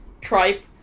tripe